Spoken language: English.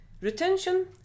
retention